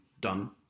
done